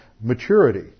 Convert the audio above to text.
maturity